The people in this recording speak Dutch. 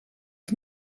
was